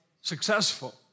successful